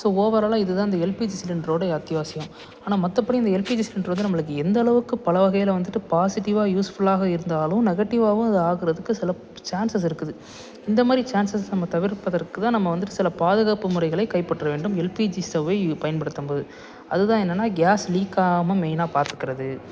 so ஓவராலாக இதுதான் இந்த எல்பிஜி சிலிண்ட்ரோட அத்தியாவசியம் ஆனால் மற்றபடி இந்த எல்பிஜி சிலிண்ட்ரு வந்து நம்மளுக்கு எந்த அளவுக்கு பல வகையில் வந்துட்டு பாசிட்டிவாக யூஸ்ஃபுல்லாக இருந்தாலும் நெகடிவ்வாகவும் அது ஆகிறதுக்கு சில சான்சஸ் இருக்குது இந்த மாதிரி சான்சஸ் நம்ம தவிர்ப்பதற்குதான் நம்ம வந்துட்டு சில பாதுகாப்பு முறைகளை கைப்பற்ற வேண்டும் எல்பிஜி ஸ்டவ்வை பயன்படுத்தும்போது அதுதான் என்னென்னா கேஸ் லீக் ஆகாமல் மெயினாக பார்த்துக்கறது